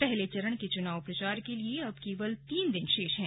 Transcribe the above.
पहले चरण के चुनाव प्रचार के लिए अब केवल तीन दिन शेष हैं